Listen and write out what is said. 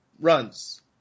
runs